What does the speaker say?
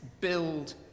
build